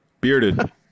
Bearded